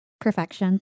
Perfection